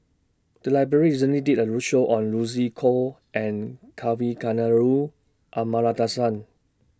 The Library recently did A roadshow on Lucy Koh and Kavignareru Amallathasan